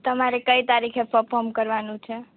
તમારે કઈ તારીખે પફોમ કરવાનું છે